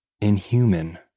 inhuman